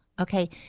okay